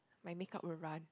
my make up will run